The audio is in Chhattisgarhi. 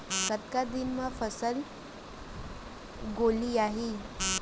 कतका दिन म फसल गोलियाही?